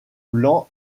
blanc